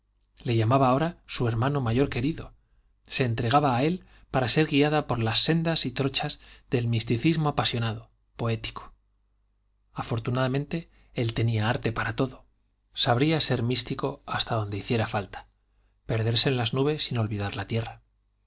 le llamaba ahora su hermano mayor querido se entregaba a él para ser guiada por las sendas y trochas del misticismo apasionado poético afortunadamente él tenía arte para todo sabría ser místico hasta donde hiciera falta perderse en las nubes sin olvidar la tierra